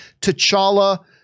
T'Challa